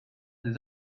des